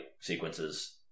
sequences